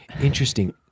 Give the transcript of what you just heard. Interesting